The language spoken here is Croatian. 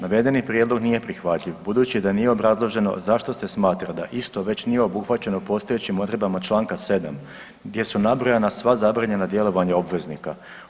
Navedeni prijedlog nije prihvatljiv budući da nije obrazloženo zašto se smatra da isto već nije obuhvaćeno postojećim odredbama Članka 7. gdje su nabrojana sva zabranjena djelovanja obveznika.